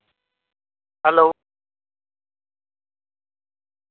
hello